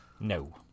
no